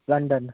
London